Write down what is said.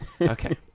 Okay